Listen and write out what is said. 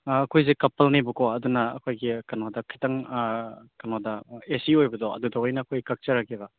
ꯑꯩꯈꯣꯏꯁꯦ ꯀꯄꯜꯅꯦꯕꯀꯣ ꯑꯗꯨꯅ ꯑꯩꯈꯣꯏꯒꯤ ꯀꯩꯅꯣꯗ ꯈꯤꯇꯪ ꯀꯩꯅꯣꯗ ꯑꯦ ꯁꯤ ꯑꯣꯏꯕꯗꯣ ꯑꯗꯨꯗ ꯑꯣꯏꯅ ꯑꯩꯈꯣꯏ ꯀꯛꯆꯔꯒꯦ